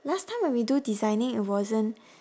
last time when we do designing it wasn't